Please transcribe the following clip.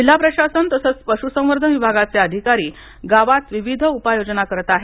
जिल्हा प्रशासन तसंच पशुसंवर्धन विभागाचे अधिकारी गावात विविध उपाययोजना करत आहेत